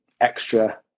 extra